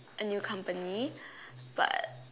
a new company but